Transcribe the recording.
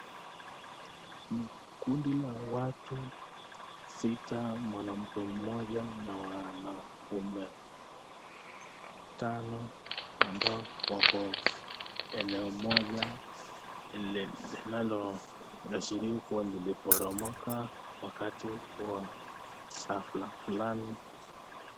Kundi la watu sita mwanamke mmoja na wanaume Tano wako eneo Moja linaloashiria kuwa liliporomoka wakati wa hafla fulani.